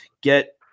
get